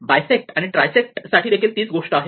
bisect आणि trisect साठी देखील तीच गोष्ट आहे